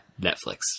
Netflix